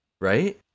right